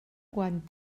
quan